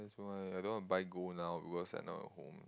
that's why I don't want to buy gold now because I don't have home